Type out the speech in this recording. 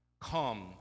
come